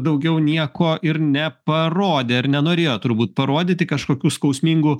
daugiau nieko ir neparodė ar nenorėjo turbūt parodyti kažkokių skausmingų